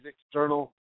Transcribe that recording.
external